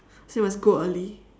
so you must go early